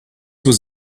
was